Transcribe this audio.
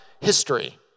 history